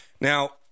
now